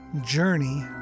journey